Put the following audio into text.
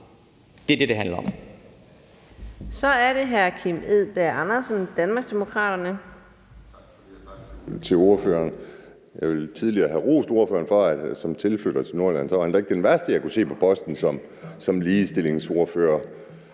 Det er det, det handler om.